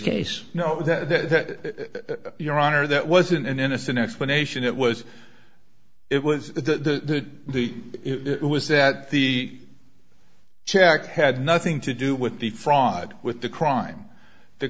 case you know that your honor that wasn't an innocent explanation it was it was the the it was that the check had nothing to do with the fraud with the crime the